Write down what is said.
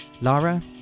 Lara